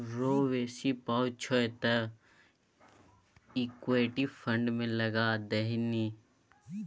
रौ बेसी पाय छौ तँ इक्विटी फंड मे लगा दही ने